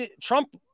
Trump